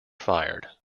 fired